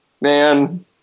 man